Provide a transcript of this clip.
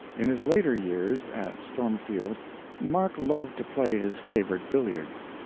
in his later years at stormfield mark loved to play his favorite billiards.